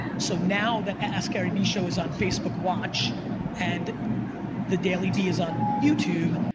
so, now the askgaryvee show is on facebook watch and the dailyvee is on youtube,